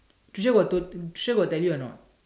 Tricia got told Tricia got tell you or not